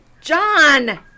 John